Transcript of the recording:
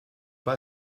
pas